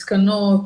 מסקנות,